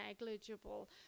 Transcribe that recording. negligible